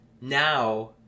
now